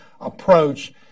approach